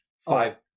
five